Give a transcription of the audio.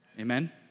Amen